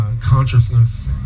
consciousness